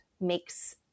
makes